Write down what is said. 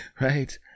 right